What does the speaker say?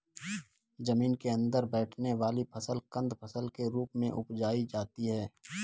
जमीन के अंदर बैठने वाली फसल कंद फसल के रूप में उपजायी जाती है